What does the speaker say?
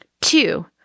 Two